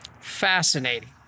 Fascinating